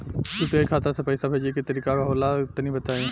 UPI खाता से पइसा भेजे के तरीका का होला तनि बताईं?